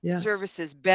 services